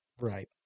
Right